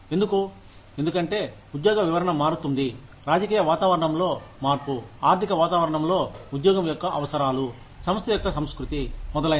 ఎందుకు ఎందుకంటే ఉద్యోగ వివరణ మారుతుంది రాజకీయ వాతావరణంలో మార్పు ఆర్థిక వాతావరణంలో ఉద్యోగం యొక్క అవసరాలు సంస్థ యొక్క సంస్కృతి మొదలైనవి